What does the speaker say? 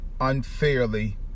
unfairly